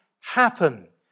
happen